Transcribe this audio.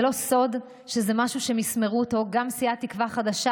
זה לא סוד שזה משהו שמסמרו אותו גם בסיעת תקווה חדשה